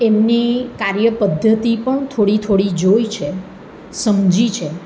એમની કાર્ય પદ્ધતિ પણ થોડી થોડી જોઈ છે સમજી છે